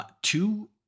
Two